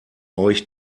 euch